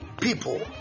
people